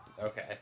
Okay